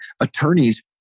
attorneys